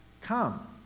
Come